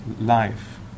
life